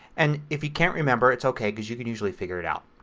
and if you can't remember it's okay because you can usually figure it out.